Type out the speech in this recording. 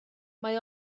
mae